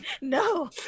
No